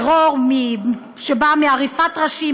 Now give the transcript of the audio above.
טרור שבא מעריפת ראשים,